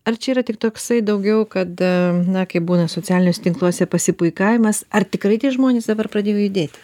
ar čia yra tik toksai daugiau kad na kaip būna socialiniuose tinkluose pasipuikavimas ar tikrai tie žmonės dabar pradėjo judėti